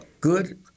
good